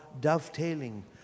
dovetailing